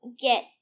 get